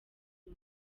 uyu